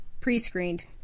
pre-screened